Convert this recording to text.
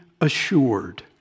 assured